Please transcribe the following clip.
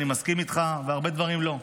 אני מסכים איתך ובהרבה דברים לא,